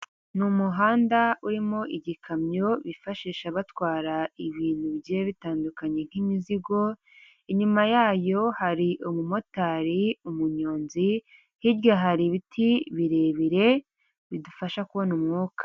NI umuhanda urimo igikamyo bifashisha batwara ibintu bigiye bitandukanye nk'imizigo. inyuma yayo hari umumotari, umunyonzi, hirya hari ibiti birebire bidufasha kubona umwuka.